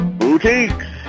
boutiques